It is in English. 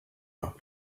her